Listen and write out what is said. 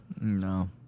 No